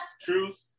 Truth